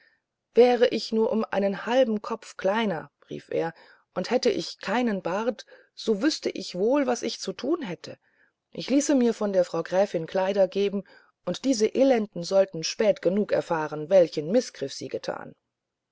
wäre ich nur um einen halben kopf kleiner rief er und hätte ich keinen bart so wüßte ich wohl was ich zu tun hätte ich ließe mir von der frau gräfin kleider geben und diese elenden sollten spät genug erfahren welchen mißgriff sie getan